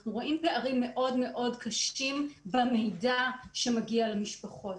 אנחנו רואים פערים מאוד מאוד קשים במידע שמגיע למשפחות.